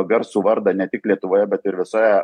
garsų vardą ne tik lietuvoje bet ir visoje